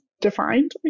defined